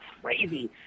crazy